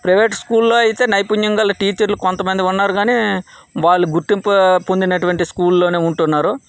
private స్కూల్లో అయితే నైపుణ్యం గల టీచర్లు కొంతమంది ఉన్నారు కానీ వాళ్ళు గుర్తింపు పొందినటువంటి స్కూల్లోనే ఉంటున్నారు